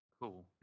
cool